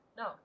no